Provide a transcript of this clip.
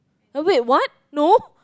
oh wait what no